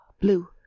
Blue